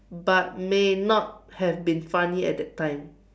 but may not have been funny at that time